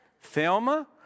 Thelma